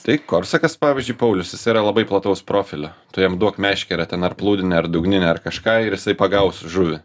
tai korsakas pavyzdžiui paulius yra labai plataus profilio tu jam duok meškerę ten ar plūdinę dugninę ar kažką ir jisai pagaus žuvį